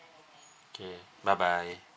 okay bye bye